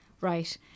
Right